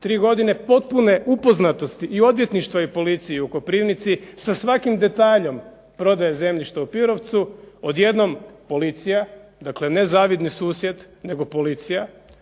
tri godine potpune upoznatosti i odvjetništva i policije u Koprivnici, sa svakim detaljem prodaje zemljišta u Pirovcu, odjednom policija, dakle ne zavidni susjed, nego policija,